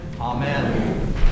Amen